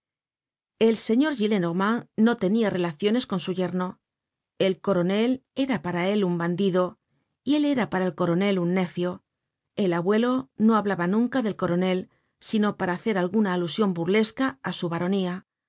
el señor gillenormand no tenia relaciones con su yerno el coronel era para él un bandido y él era para el coronel un necio el abuelo no hablaba nunca del coronel sino para hacer alguna alusion burlesca á su baronía